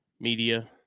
Media